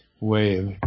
wave